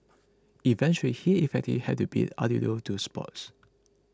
eventually he effectively had to bid adieu to sports